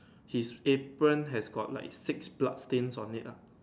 he stamp end has got like six blood stain on it lah